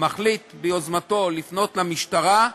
מחליט ביוזמתו לפנות למשטרה,